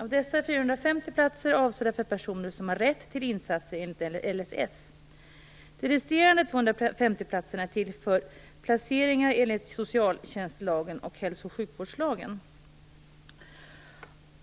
Av dessa är 450 platser avsedda för personer som har rätt till insatser enligt LSS. De resterande 250 platserna är till för placeringar enligt socialtjänstlagen och hälso och sjukvårdslagen.